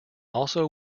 also